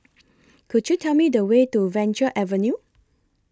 Could YOU Tell Me The Way to Venture Avenue